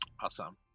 Awesome